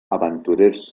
aventurers